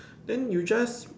then you just